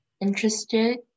interested